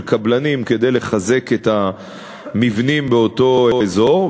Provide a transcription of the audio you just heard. קבלנים כדי לחזק את המבנים באותו אזור.